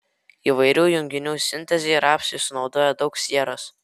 įvairių junginių sintezei rapsai sunaudoja daug sieros